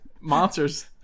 monsters